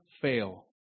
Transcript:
fail